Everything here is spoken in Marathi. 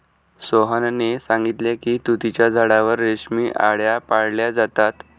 सोहनने सांगितले की तुतीच्या झाडावर रेशमी आळया पाळल्या जातात